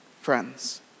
friends